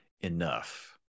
enough